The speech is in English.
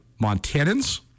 Montanans